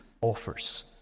offers